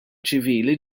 ċivili